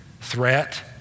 threat